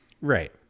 Right